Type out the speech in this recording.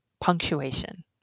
punctuation